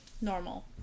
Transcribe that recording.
normal